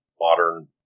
modern